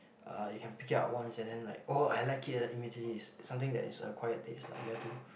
uh you can pick it up once and then like oh I like it eh immediately it's something that is acquired taste lah you have to